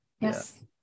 Yes